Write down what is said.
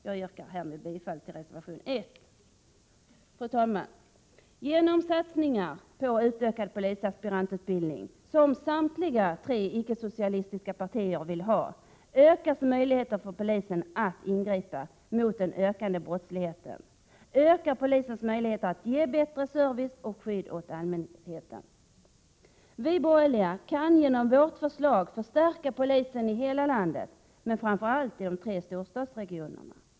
Jag yrkar härmed bifall till reservation 1. Fru talman! Genom satsningar på utökad polisaspirantutbildning, som samtliga tre icke-socialistiska partier vill ha, ökas möjligheten för polisen att ingripa mot den ökande brottsligheten och ge bättre service och skydd åt allmänheten. Vi borgerliga kan genom vårt förslag förstärka polisen i hela landet men framför allt i de tre storstadsregionerna.